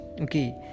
okay